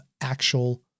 actual